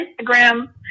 Instagram